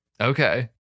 Okay